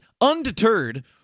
undeterred